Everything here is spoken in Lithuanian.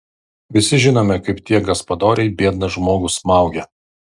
visi žinome kaip tie gaspadoriai biedną žmogų smaugė